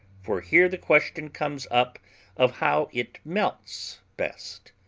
for here the question comes up of how it melts best.